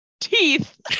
teeth